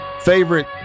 favorite